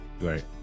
right